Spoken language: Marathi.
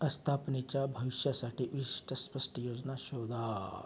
आस्थापनाच्या भविष्यासाठी विशिष्ट स्पष्ट योजना शोधा